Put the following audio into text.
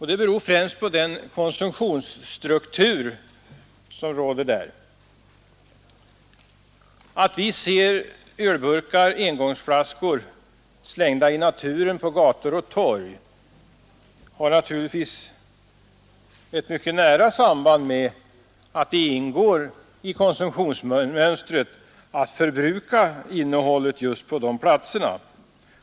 Det beror främst på den konsumtionsstruktur som råder där. Att vi ser ölburkar och engångsflaskor slängda i naturen och på gator och på torg har naturligtvis ett mycket nära samband med att det ingår i konsumtionsmönstret att förbruka innehållet just på de platserna.